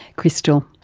christel.